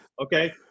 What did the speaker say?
Okay